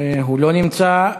והוא לא נמצא.